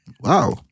wow